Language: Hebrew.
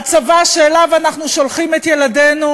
הצבא שאליו אנחנו שולחים את ילדינו